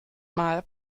mal